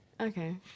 Okay